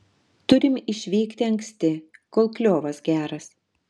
turim išvykti anksti kol kliovas geras